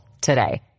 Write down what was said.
today